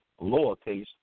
lowercase